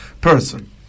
person